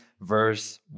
verse